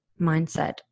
mindset